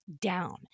down